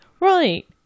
Right